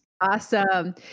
Awesome